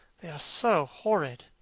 they are so horrid.